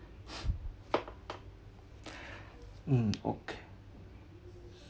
mm okay